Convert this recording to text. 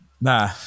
Nah